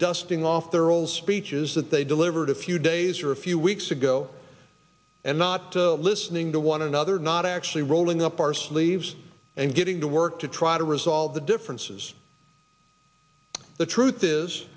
dusting off their old speeches that they delivered a few days or a few weeks ago and i listening to one another not actually rolling up our sleeves and getting to work to try to resolve the differences the truth is